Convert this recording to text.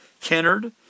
Kennard